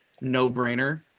no-brainer